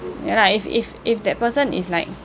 ya lah if if if that person is like